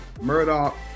Murdoch